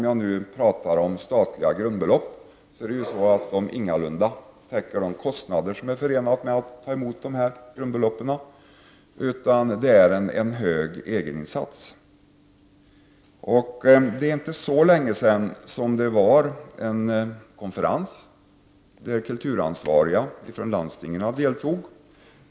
Jag talar nu om statliga grundbelopp. De täcker ingalunda de kostnader som är förenade med att ta emot dem. Där råder en hög egeninsats. Det är inte så länge sedan som det hölls en konferens där kulturansvariga från landstingen deltog.